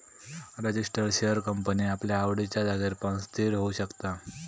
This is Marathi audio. रजीस्टर शेअर कंपनी आपल्या आवडिच्या जागेर पण स्थिर होऊ शकता